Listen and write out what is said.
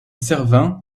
servin